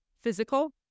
physical